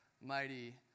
mighty